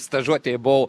stažuotėje buvau